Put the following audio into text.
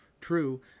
True